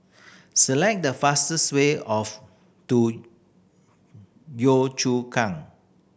select the fastest way of to Chu Kang